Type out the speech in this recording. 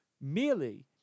merely